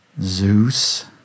Zeus